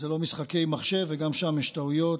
זה לא משחקי מחשב, וגם שם יש טעויות.